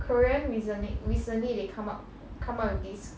korean recently recently they come up come up with this